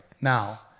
now